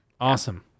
Awesome